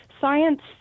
science